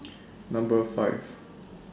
Number five